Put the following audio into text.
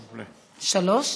שלוש?